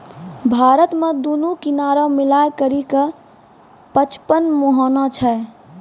भारतो मे दुनू किनारा मिलाय करि के पचपन मुहाना छै